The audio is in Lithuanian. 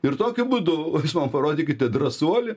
ir tokiu būdu jūs man parodykite drąsuolį